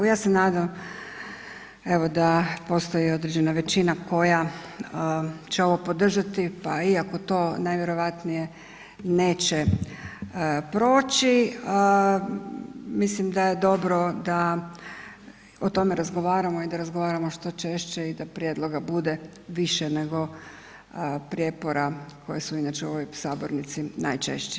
Ja se nadam, evo da postoji određene većina koja će ovo podržati pa iako to najvjerojatnije neće proći, mislim da je dobro da o tome razgovaramo i da razgovaramo što češće i da prijedloga bude više nego prijepora koje su inače u ovoj sabornici najčešći.